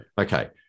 Okay